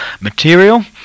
material